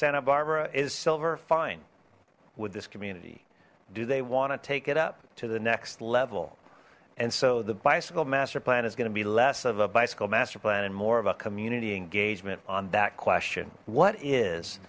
santa barbara is silver fine with this community do they want to take it up to the next level and so the bicycle master plan is going to be less of a bicycle master plan and more of a community engagement on that question what is